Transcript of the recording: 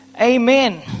Amen